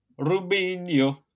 Rubinho